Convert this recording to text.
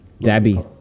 Dabby